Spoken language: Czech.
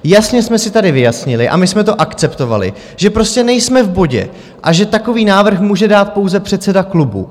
Jasně jsme si tady vyjasnili, a my jsme to akceptovali, že prostě nejsme v bodě a že takový návrh může dát pouze předseda klubu.